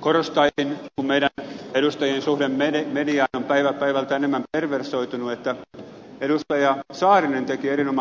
korostaisin kun meidän edustajien suhde mediaan on päivä päivältä enemmän perversoitunut että edustaja saarinen teki erinomaisen teon